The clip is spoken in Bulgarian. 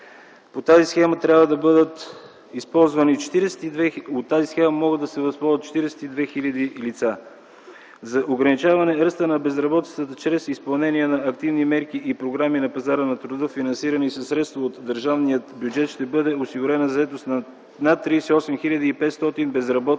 От тази схема могат да се възползват 42 хиляди лица. За ограничаване ръста на безработицата чрез изпълнение на активни мерки и програми на пазара на труда, финансирани със средства от държавния бюджет, ще бъде осигурена заетост на над 38 500 безработни